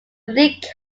league